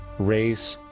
race,